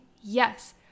Yes